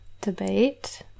debate